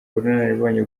ubunararibonye